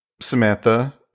Samantha